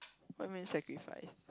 what you mean sacrifice